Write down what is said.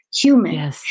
human